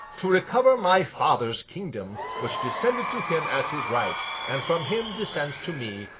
to recover my father's kingdom, which descended to him as his right, and from him descends to me,